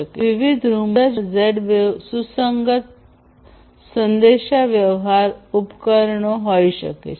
અને વિવિધ રૂમમાં જુદા જુદા ઝેડ વેવ સુસંગત સંદેશાવ્યવહાર ઉપકરણો હોઈ શકે છે